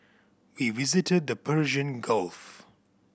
we visited the Persian Gulf